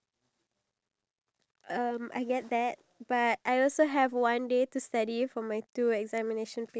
you're able to contribute more and then you will spend your entire life giving more than you get and that